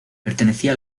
pertenecía